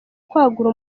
kwagura